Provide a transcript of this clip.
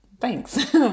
thanks